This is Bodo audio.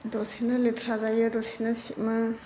दसेनो लेथ्रा जायो दसेनो सिबमो